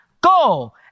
Go